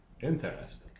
Interesting